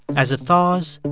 as it thaws,